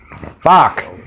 Fuck